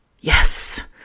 Yes